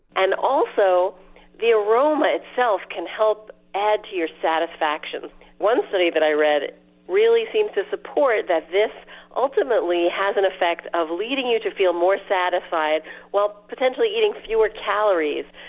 and also the aroma itself can help add to your satisfaction one study that i read really seemed to support that this ultimately has an effect of leading you to feel more satisfied while potentially eating fewer calories.